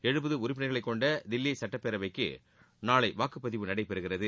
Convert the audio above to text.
எழுபது உறுப்பினர்களை கொண்ட தில்லி சட்டப்பேரவைக்கு நாளை வாக்குபதிவு நடைபெறுகிறது